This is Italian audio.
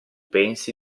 pensi